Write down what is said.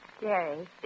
Gary